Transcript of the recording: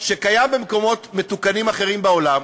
שקיים במקומות מתוקנים אחרים בעולם,